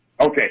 Okay